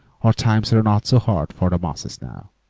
or times are not so hard for the masses now,